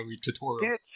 tutorial